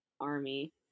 Army